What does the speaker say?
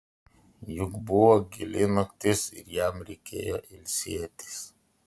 juk buvo gili naktis ir jam reikėjo ilsėtis